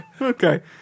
Okay